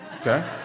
Okay